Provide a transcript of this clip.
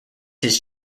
his